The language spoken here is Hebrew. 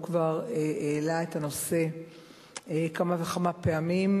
הוא כבר העלה את הנושא כמה וכמה פעמים,